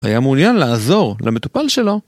היה מעוניין לעזור למטופל שלו.